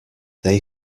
they